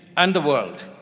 and the world.